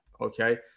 okay